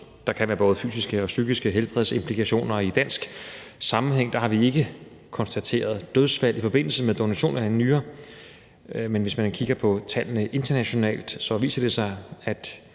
der kan være både fysiske og psykiske helbredsimplikationer. I en dansk sammenhæng har vi ikke konstateret dødsfald i forbindelse med donation af en nyre, men hvis man kigger på de internationale tal, viser statistikken, at